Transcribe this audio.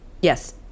Yes